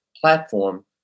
platform